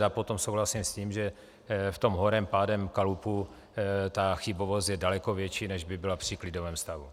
A potom souhlasím s tím, že v tom horem pádem kalupu ta chybovost je daleko větší, než by byla při klidovém stavu.